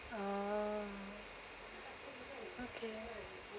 uh okay